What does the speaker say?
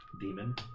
demon